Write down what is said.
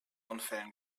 unfällen